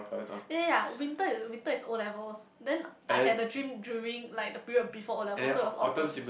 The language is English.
ya ya ya winter winter is O-levels then I have the dream during like the period before O-level so it was Autumn